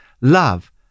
Love